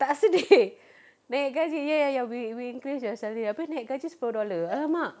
tak sedih naik gaji ya ya ya we we increase your salary habis naik gaji sepuluh dollar !alamak!